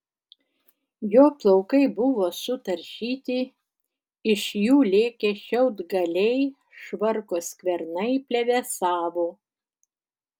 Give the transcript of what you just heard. jo plaukai buvo sutaršyti iš jų lėkė šiaudgaliai švarko skvernai plevėsavo